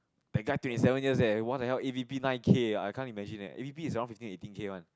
that guy twenty seven years eh what the hell A_D_P nine K I can't imagine that A_D_P is not fifteen eighteen K one